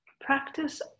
practice